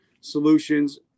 solutions